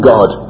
God